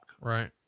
right